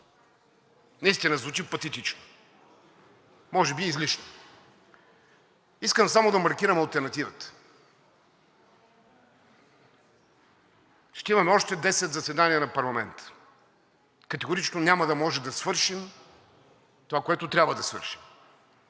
наистина звучи патетично, може би излишно. Искам само да маркирам алтернативата – ще имаме още десет заседания на парламента, категорично няма да можем да свършим това, което трябва да свършим;